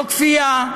לא כפייה,